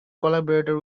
collaborator